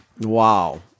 wow